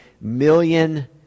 million